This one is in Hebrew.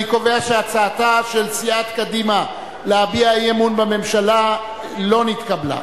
אני קובע שהצעתה של סיעת קדימה להביע אי-אמון בממשלה לא נתקבלה.